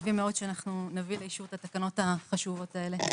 מקווים מאוד שנביא לאישור את התקנות החשובות האלה.